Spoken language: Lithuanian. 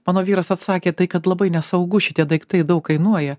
mano vyras atsakė tai kad labai nesaugu šitie daiktai daug kainuoja